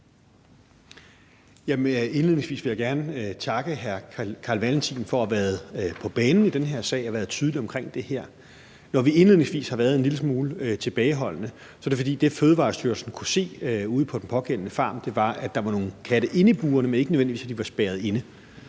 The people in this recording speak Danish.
jeg gerne takke hr. Carl Valentin for at have været på banen i den her sag og have været tydelig omkring det her. Når vi indledningsvis har været en lille smule tilbageholdende, er det, fordi det, Fødevarestyrelsen kunne se ude på den pågældende farm, var, at der var nogle katte inde i burene, men ikke nødvendigvis, at de var spærret inde.